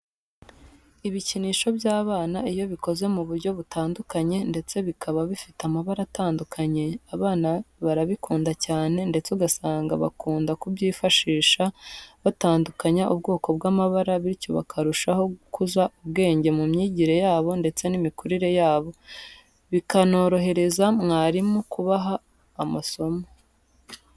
Ibikinisho by'abana iyo bikoze mu buryo butandukanye ndetse bikaba bifite amabara atandukanye, abana barabikunda cyane ndetse ugasanga bakunda kubyifashisha batandukanya ubwoko bw'amabara bityo bakarushaho gukuza ubwenge mu myigire yabo ndetse n'imikurire yabo, bikanorohereza mwarimu kubaha amasomo.